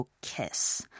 kiss